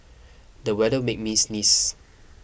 the weather made me sneeze